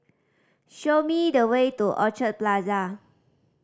show me the way to Orchard Plaza